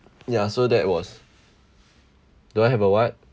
ya so that was do I have a what